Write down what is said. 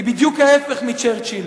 היא בדיוק ההיפך מצ'רצ'יל.